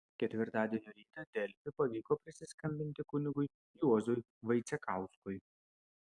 ketvirtadienio rytą delfi pavyko prisiskambinti kunigui juozui vaicekauskui